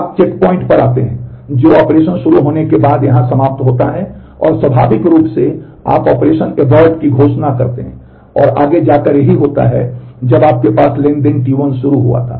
आप check point पर आते हैं जो ऑपरेशन शुरू होने के बाद यहां समाप्त होता है और स्वाभाविक रूप से आप ऑपरेशन एबोर्ट की घोषणा करते हैं और आगे जाकर यही होता है जब आपके पास ट्रांज़ैक्शन T1 शुरू हुआ था